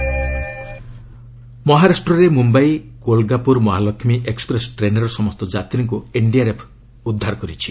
ମ୍ମମ୍ୟାଇ rain ମହାରାଷ୍ଟ୍ରରେ Mumbai Kolhapur Mahalaxmi express ଟ୍ରେନ୍ର ସମସ୍ତ ଯାତ୍ରୀଙ୍କ ଏନ୍ଡିଆର୍ଏଫ୍ ଉଦ୍ଧାର କରିଛି